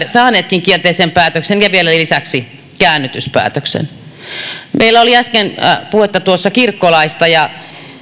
saanutkin kielteisen päätöksen ja vielä lisäksi käännytyspäätöksen meillä oli äsken puhetta kirkkolaista ja